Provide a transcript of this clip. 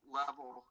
level